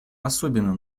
особенно